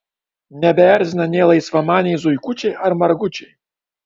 nebeerzina nė laisvamaniai zuikučiai ar margučiai